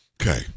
Okay